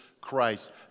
Christ